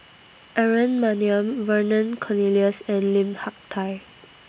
Aaron Maniam Vernon Cornelius and Lim Hak Tai